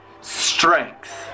strength